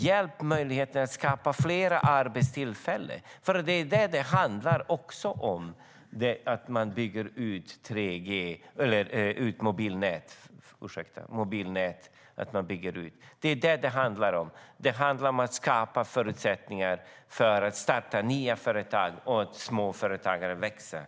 Hjälp dem att skapa fler arbetstillfällen! Det är vad det handlar om när man bygger ut mobilnätet. Det handlar om att skapa förutsättningar för att starta nya företag och att låta småföretag växa.